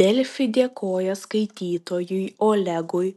delfi dėkoja skaitytojui olegui